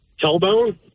tailbone